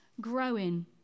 growing